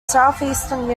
southeastern